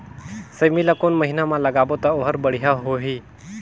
सेमी ला कोन महीना मा लगाबो ता ओहार बढ़िया होही?